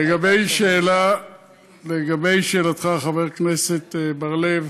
לגבי שאלתך, חבר הכנסת בר-לב,